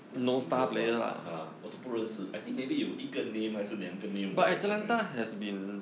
a single one uh 我都不认识 I think maybe 一个 name 还是两个 name 的 I recognise